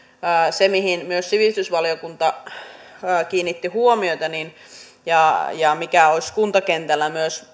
se mihin myös sivistysvaliokunta kiinnitti huomiota ja ja mikä olisi myös